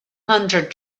hundred